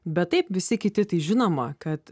bet taip visi kiti tai žinoma kad